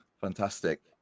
Fantastic